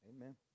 Amen